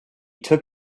took